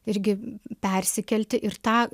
irgi persikelti ir tau